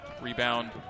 Rebound